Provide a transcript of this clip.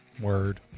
Word